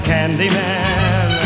Candyman